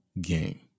game